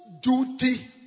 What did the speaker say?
duty